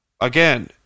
Again